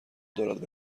دارد